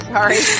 Sorry